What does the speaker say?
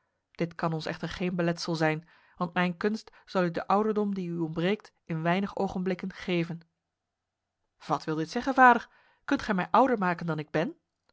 dit kan ons echter geen beletsel zijn want mijn kunst zal u de ouderdom die u ontbreekt in weinig ogenblikken geven wat wil dit zeggen vader kunt gij mij ouder maken dan ik ben